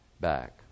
back